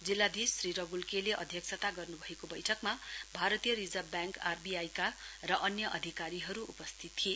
जिल्लाधीश श्री रग्ल के ले अध्यक्षता गर्न् भएको बैठकमा भारतीय रिजर्भ ब्याङ्कका र अन्य अधिकारीहरू उपस्थित थिए